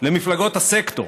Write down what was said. למפלגות הסקטור,